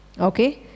Okay